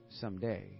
someday